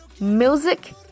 music